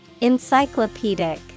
Encyclopedic